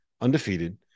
undefeated